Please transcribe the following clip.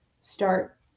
start